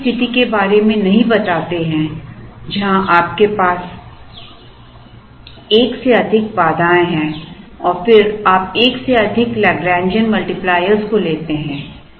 हम ऐसी स्थिति के बारे में नहीं बताते हैं जहाँ जहां आपके पास एक से अधिक बाधाएँ हैं और फिर आप एक से अधिक लैग्रैन्जियन मल्टीप्लायरों को लेते हैं